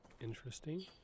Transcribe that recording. Interesting